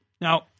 Now